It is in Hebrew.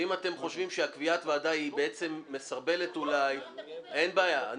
ואם אתם חושבים שקביעת ועדה מסרבלת אין בעיה.